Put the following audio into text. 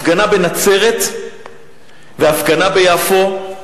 הפגנה בנצרת והפגנה ביפו.